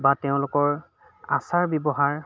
বা তেওঁলোকৰ আচাৰ ব্যৱহাৰ